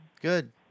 Good